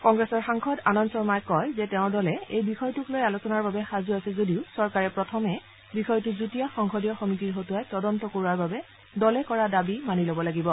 কংগ্ৰেছৰ সাংসদ আনন্দ শৰ্মাই কয় যে তেওঁৰ দলে এই বিষয়টোক লৈ আলোচনাৰ বাবে সাজু আছে যদিও চৰকাৰে প্ৰথমে বিষয়টো যুটীয়া সংসদীয় সমিতিৰ হতুৱাই তদন্ত কৰোৱাৰ বাবে দলে কৰা দাবী মানি লব লাগিব